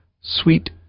sweet